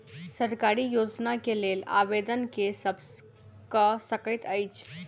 सरकारी योजना केँ लेल आवेदन केँ सब कऽ सकैत अछि?